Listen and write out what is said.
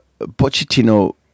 Pochettino